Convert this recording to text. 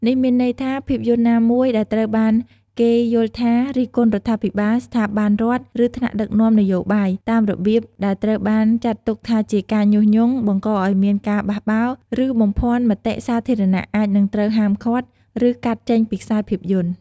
នេះមានន័យថា ភាពយន្តណាមួយដែលត្រូវបានគេយល់ថា រិះគន់រដ្ឋាភិបាល ស្ថាប័នរដ្ឋ ឬថ្នាក់ដឹកនាំនយោបាយ តាមរបៀបដែលត្រូវបានចាត់ទុកថាជាការញុះញង់ បង្កឲ្យមានការបះបោរ ឬបំភាន់មតិសាធារណៈ អាចនឹងត្រូវហាមឃាត់ ឬកាត់ចេញពីខ្សែភាពយន្ត។